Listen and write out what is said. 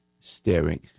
staring